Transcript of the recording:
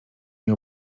nie